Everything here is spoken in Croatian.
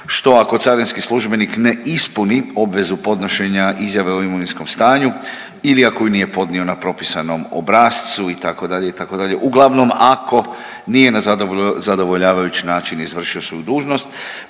što ako carinski službenik ne ispuni obvezuj podnošenja izjave o imovinskom stanju ili ako ju nije podnio na propisanom obrascu itd., itd. Uglavnom ako nije na zadovoljavajuć način izvršio svoju dužnost,